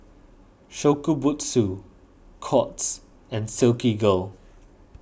Shokubutsu Courts and Silkygirl